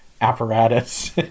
apparatus